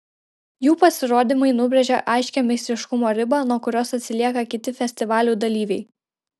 jų pasirodymai nubrėžia aiškią meistriškumo ribą nuo kurios atsilieka kiti festivalių dalyviai